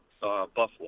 Buffalo